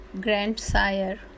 grandsire